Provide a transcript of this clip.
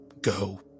go